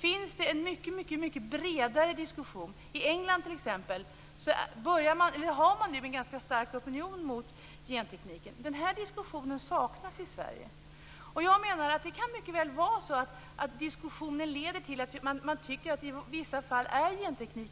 finns det en mycket bredare diskussion. I England börjar det nu bildas en ganska stark opinion mot gentekniken. Denna diskussion saknas i Sverige. Det kan mycket väl vara så att diskussionen leder till att man i vissa fall tycker att det är bra med genteknik.